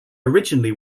originally